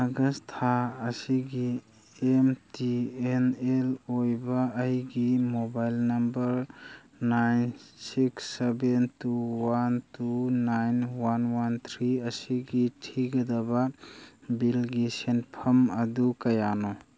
ꯑꯥꯒꯁ ꯊꯥ ꯑꯁꯤꯒꯤ M T N L ꯑꯣꯏꯕ ꯑꯩꯒꯤ mobile number nine six seven two one two nine one one three ꯑꯁꯤꯒꯤ ꯊꯤꯒꯗꯕ ꯕꯤꯜꯒꯤ ꯁꯦꯟꯐꯝ ꯑꯗꯨ ꯀꯌꯥꯅꯣ